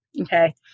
Okay